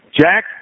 Jack